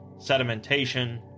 sedimentation